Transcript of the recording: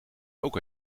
ook